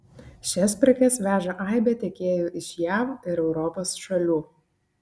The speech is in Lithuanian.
šias prekes veža aibė tiekėjų iš jav ir europos šalių